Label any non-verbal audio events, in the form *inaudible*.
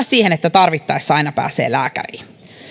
*unintelligible* siihen että tarvittaessa aina pääsee lääkäriin